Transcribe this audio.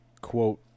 quote